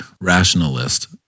rationalist